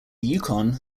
yukon